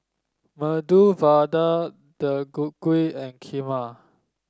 Medu Vada Deodeok Gui and Kheema